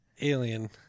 Alien